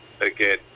again